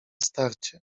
starcie